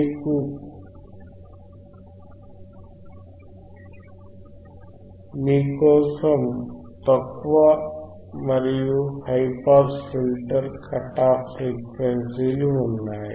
మీకు కోసం తక్కువ పాస్ మరియు హైపాస్ ఫిల్టర్ కట్ ఆఫ్ ఫ్రీక్వెన్సీలు ఉన్నాయి